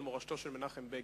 על מורשתו של מנחם בגין.